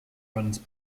runs